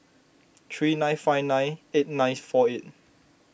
three nine five nine eight ninth four eight